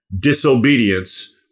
disobedience